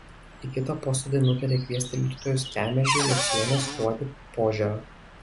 į kitą posėdį nutarė kviesti liudytojus kemežį jocienę skruodį požėrą